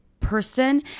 Person